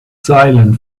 silent